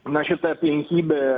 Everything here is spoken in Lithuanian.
na šita aplinkybė